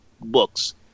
books